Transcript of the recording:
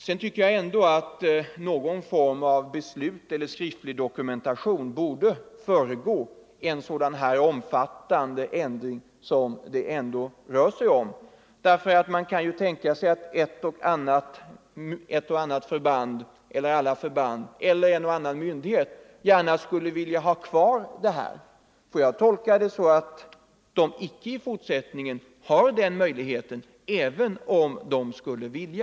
Jag tycker ändå att någon form av beslut borde föregå eller att någon skriftlig dokumentation borde föreligga vid en så omfattande ändring som det här rör sig om. Man kan ju tänka sig att ett och annat förband, eller alla förband, eller en och annan myndighet gärna skulle vilja ha kvar prefixet. Skall det här tolkas så att de icke har den möjligheten, även om de skulle vilja?